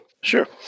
Sure